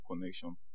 connection